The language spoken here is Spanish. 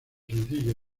sencillos